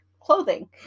clothing